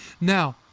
Now